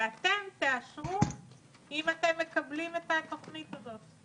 ואתם תאשרו אם אתם מקבלים את התוכנית הזאת.